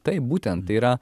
taip būtent tai yra